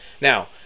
now